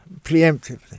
preemptively